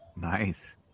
Nice